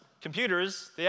computers